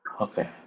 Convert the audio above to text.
Okay